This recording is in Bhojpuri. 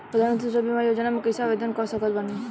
प्रधानमंत्री सुरक्षा बीमा योजना मे कैसे आवेदन कर सकत बानी?